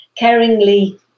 caringly